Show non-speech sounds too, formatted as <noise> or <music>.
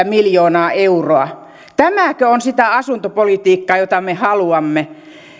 <unintelligible> miljoonaa euroa tämäkö on sitä asuntopolitiikkaa jota me haluamme